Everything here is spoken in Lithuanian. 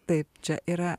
taip čia yra